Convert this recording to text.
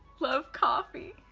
love coffee?